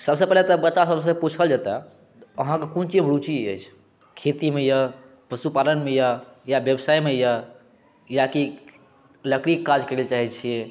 सबसऽ पहिले तऽ बच्चा सब सॅं पूछल जैतए अहाँ के कोन चीज मे रुचि अछि खेती मे अछि पशुपालन मे अछि या व्यवसाय मे अछि या कि लकड़ी के काज करय लए चाहै छियै